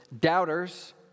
doubters